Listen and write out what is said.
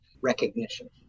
recognition